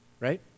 Right